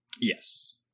Yes